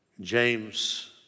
James